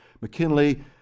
McKinley